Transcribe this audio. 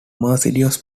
mercedes